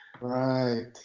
Right